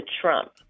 Trump